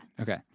Okay